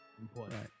Important